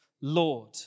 Lord